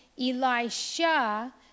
Elisha